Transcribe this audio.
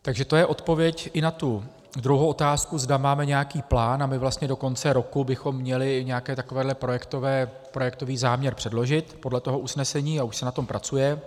Takže to je odpověď i na tu druhou otázku, zda máme nějaký plán, a my vlastně do konce roku bychom měli nějaký takovýto projektový záměr předložit podle toho usnesení, a už se na tom pracuje.